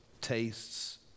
tastes